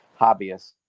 hobbyists